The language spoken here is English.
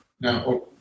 Now